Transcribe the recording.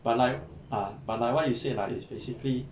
but like ah but like what you said lah it's basically